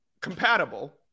compatible